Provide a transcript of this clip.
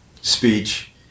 speech